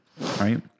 right